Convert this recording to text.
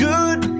Good